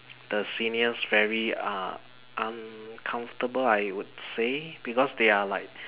the seniors very uh uncomfortable I would say because they are like